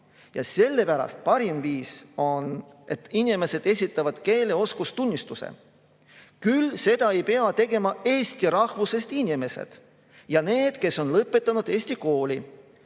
saa. Sellepärast parim viis on, et inimesed esitavad keeleoskustunnistuse. Seda ei pea tegema eesti rahvusest inimesed ja need, kes on lõpetanud eesti kooli,